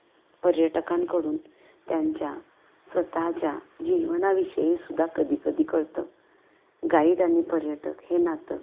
पर्यटकांकडून त्यांच्या स्वतःच्या जीवनाविषयीसुद्धा कधीकधी कळतं गाईड आणि पर्यटक हे नातं